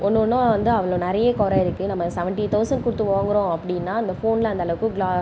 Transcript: ஒன்றும் ஒன்றும் வந்து அவ்வளோ நிறையா கொறை இருக்கு நம்ம சவன்டீன் தெளசண் கொடுத்து வாங்குறோம் அப்படினா அந்த ஃபோனில் அந்தளவுக்கு